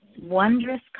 wondrous